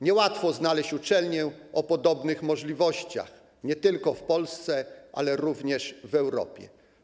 Niełatwo znaleźć uczelnię o podobnych możliwościach - nie tylko w Polsce, ale również w Europie.